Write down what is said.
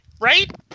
Right